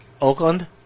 Oakland